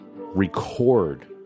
record